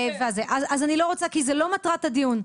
אז אני לא רוצה כי זאת לא מטרת הדיון.